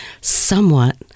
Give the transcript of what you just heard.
somewhat